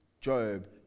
Job